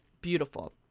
Beautiful